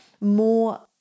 more